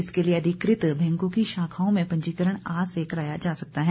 इसके लिए अधिकृत बैंको की शाखाओं में पंजीकरण आज से कराया जा सकता है